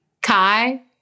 Kai